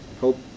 Hope